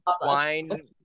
wine